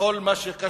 בכל מה שקשור